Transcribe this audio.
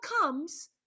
comes